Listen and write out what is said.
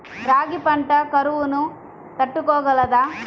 రాగి పంట కరువును తట్టుకోగలదా?